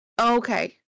okay